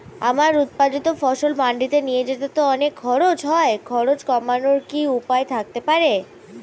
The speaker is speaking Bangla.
আমার উৎপাদিত ফসল মান্ডিতে নিয়ে যেতে তো অনেক খরচ হয় খরচ কমানোর কি উপায় থাকতে পারে?